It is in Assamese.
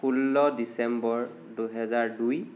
ষোল্ল ডিচেম্বৰ দুহেজাৰ দুই